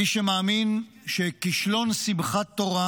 מי שמאמין שכישלון שמחת תורה,